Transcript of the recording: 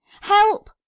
Help